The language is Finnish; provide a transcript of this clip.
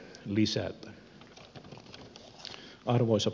arvoisa puhemies